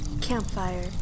Campfire